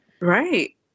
Right